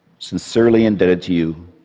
sincerely indebted to you,